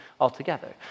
altogether